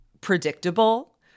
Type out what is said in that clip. predictable